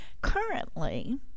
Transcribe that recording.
Currently